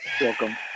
Welcome